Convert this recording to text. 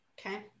Okay